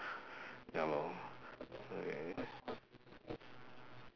ya lor